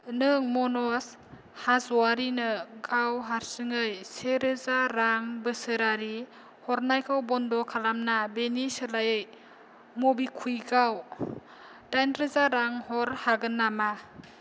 नों मनज हाज'वारिनो गाव हारसिङै से रोजा रां बोसोरारि हरनायखौ बन्द' खालामना बेनि सोलायै मबिकुविकआव दाइन रोजा रां हरनो हागोन नामा